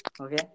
okay